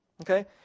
Okay